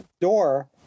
door